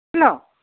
hello